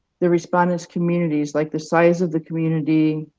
the respondents communities, like the size of the community,